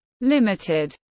Limited